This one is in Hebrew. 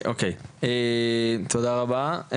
תודה רבה.